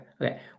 Okay